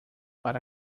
para